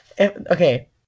Okay